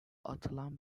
atılan